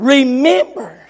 Remember